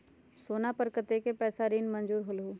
सोना पर कतेक पैसा ऋण मंजूर होलहु?